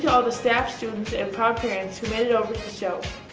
yeah all the staff, students and proud parents who made it over to the show.